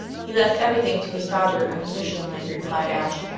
he left everything to his daughter unconditionally, replied ashe.